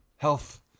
Health